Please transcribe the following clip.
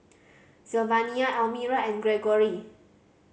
Sylvania Elmyra and Greggory